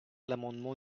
l’amendement